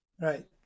right